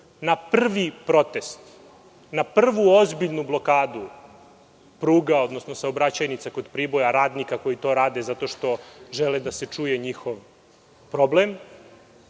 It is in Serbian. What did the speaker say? Na prvi protest, na prvu ozbiljnu blokadu pruga, odnosno saobraćajnica kod Priboja, radnika koji to rade zato što žele da se čuje njihov problem,